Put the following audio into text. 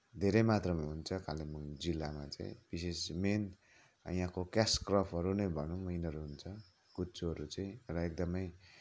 धेरै मात्रामा हुन्छ कालिम्पोङ जिल्लामा चाहिँ विशेष मेन यहाँको क्यास क्रपहरू नै भनौँ न यिनीहरू हुन्छ कुच्चोहरू चाहिँ अब एकदमै